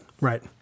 Right